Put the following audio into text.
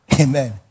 Amen